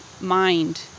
mind